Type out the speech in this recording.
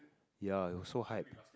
ya it was so hype